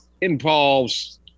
involves